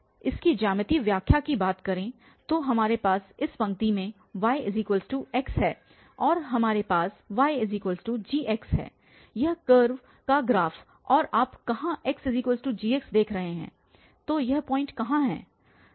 इसकी ज्यामितीय व्याख्या की बात करें तो हमारे पास इस पंक्ति में yx है और हमारे पास yg है यह कर्व का ग्राफ और आप कहाँ xg देख रहे हैं तो यह पॉइंट यहाँ है